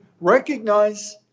recognize